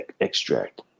extract